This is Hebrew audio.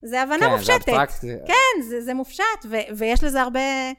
זה הבנה מופשטת. כן, זה מופשט, ויש לזה הרבה...